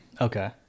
Okay